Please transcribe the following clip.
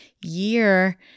year